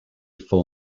full